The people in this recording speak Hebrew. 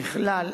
ככלל,